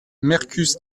mercus